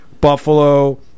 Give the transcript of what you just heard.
Buffalo